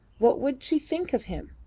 what would she think of him?